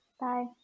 Bye